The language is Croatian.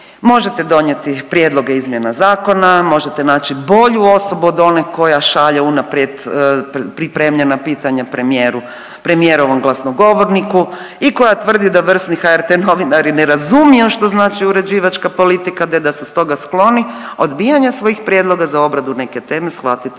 možete donijeti prijedloge izmjena zakona, možete naći bolju osobu od one koja šalje unaprijed pripremljena pitanja premijeru, premijerovom glasnogovorniku i koja tvrdi da vrsni HRT novinari ne razumiju što znači uređivačka politika te da su stoga skloni odbijanja svojih prijedloga za obradu neke teme shvatiti